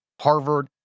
Harvard